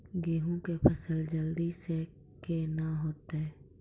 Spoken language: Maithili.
गेहूँ के फसल जल्दी से के ना होते?